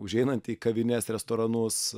užeinant į kavines restoranus